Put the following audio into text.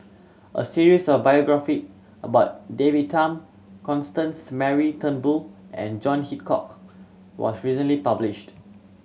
a series of biographies about David Tham Constance Mary Turnbull and John Hitchcock was recently published